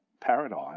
paradigm